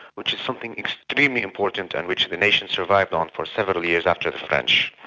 which is something extremely important and which the nation survived on for several years after the french.